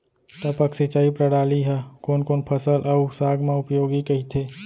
टपक सिंचाई प्रणाली ह कोन कोन फसल अऊ साग म उपयोगी कहिथे?